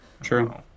true